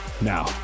Now